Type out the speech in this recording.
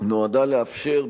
נועדה לאפשר,